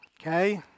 Okay